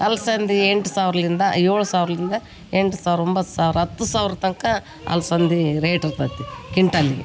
ಅಲಸಂದಿ ಎಂಟು ಸಾವಿರಲಿಂದ ಏಳು ಸಾವಿರಲಿಂದ ಎಂಟು ಸಾವಿರ ಒಂಬತ್ತು ಸಾವಿರ ಹತ್ತು ಸಾವಿರ ತನಕ ಅಲಸಂದಿ ರೇಟ್ ಇರ್ತತಿ ಕಿಂಟಾಲಿಗೆ